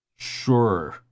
Sure